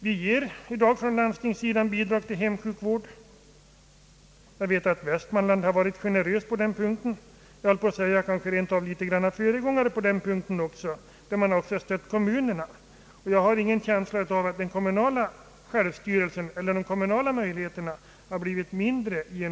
Vi ger i dag från landstingssidan bidrag till hemsjukvård. Jag vet att man inom Västmanlands län har varit generös på den punkten, kanske något av en före gångare då man också stött kommunerna. Jag har ingen känsla av att den kommunala självstyrelsen därigenom har blivit mindre.